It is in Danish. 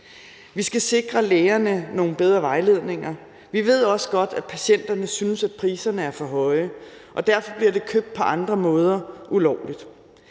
Vi skal sikre lægerne nogle bedre vejledninger. Vi ved også godt, at patienterne synes, at priserne er for høje, og derfor bliver det købt på andre måder ulovligt.